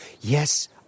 Yes